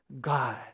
God